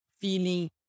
feeling